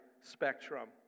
spectrum